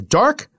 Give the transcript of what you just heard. dark